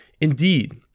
Indeed